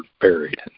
buried